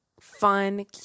fun